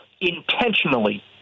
intentionally